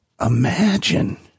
imagine